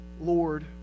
Lord